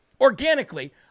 organically